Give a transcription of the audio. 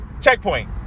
checkpoint